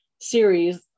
series